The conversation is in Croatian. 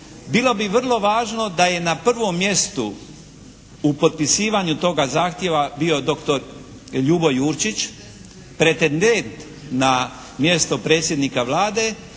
bilo bi vrlo važno da je na prvom mjestu u potpisivanju toga zahtjeva bio doktor Ljubo Jurčić, pretendent na mjesto predsjednika Vlade.